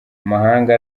amahanga